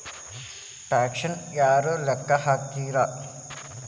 ಟ್ಯಾಕ್ಸನ್ನ ಯಾರ್ ಲೆಕ್ಕಾ ಹಾಕ್ತಾರ?